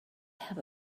have